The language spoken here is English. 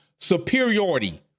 superiority